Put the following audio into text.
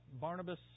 Barnabas